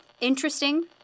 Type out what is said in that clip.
interesting